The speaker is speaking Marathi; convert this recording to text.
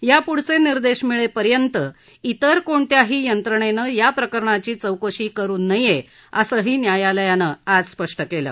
याप्ढेचे निर्देश मिळेपर्यंत इतर कोणत्याही यंत्रणेनं या प्रकरणाची चौकशी करू नये असंही न्यायालयानं आज स्पष्ट केलं